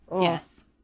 Yes